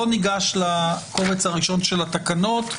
בואו ניגש לקובץ הראשון של התקנות.